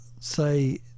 say